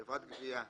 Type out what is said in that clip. "חברת גבייה"